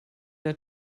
der